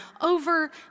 over